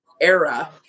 era